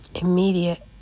Immediate